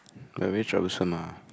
like very troublesome ah